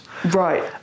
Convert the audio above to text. Right